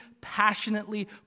passionately